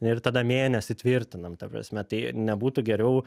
ir tada mėnesį tvirtinam ta prasme tai nebūtų geriau